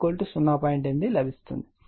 8 లభిస్తుంది